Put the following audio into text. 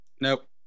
Nope